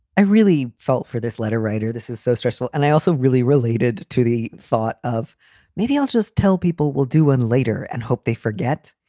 i really felt for this letter writer. this is so stressful. and i also really related to the thought of maybe i'll just tell people will do when later and hope they forget,